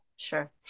Sure